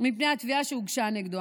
מפני התביעה שהוגשה נגדו.